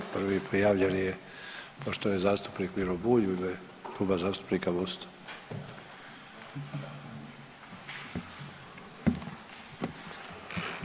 Prvi prijavljen je poštovani zastupnik Miro Bulj u ime Kluba zastupnika MOST-a.